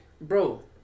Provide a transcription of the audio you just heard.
bro